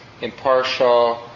impartial